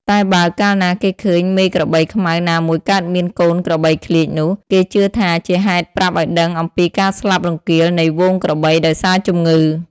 តែបើកាលណាគេឃើញមេក្របីខ្មៅណាមួយកើតបានកូនក្របីឃ្លៀចនោះ គេជឿថាជាហេតុប្រាប់ឱ្យដឹងអំពីការស្លាប់រង្គាលនៃហ្វូងក្របីដោយសារជំងឺ។